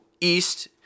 East